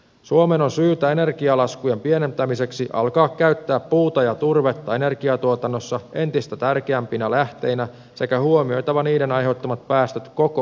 suomen on syytä energialaskujen pienentämiseksi alkaa käyttää puuta ja turvetta energiatuotannossa entistä tärkeämpinä lähteinä sekä huomioida niiden aiheuttamat päästöt koko elinkaareltaan